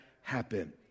happen